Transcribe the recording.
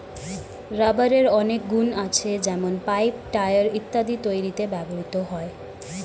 রাবারের অনেক গুন আছে যেমন পাইপ, টায়র ইত্যাদি তৈরিতে ব্যবহৃত হয়